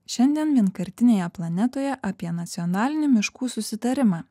šiandien vienkartinėje planetoje apie nacionalinį miškų susitarimą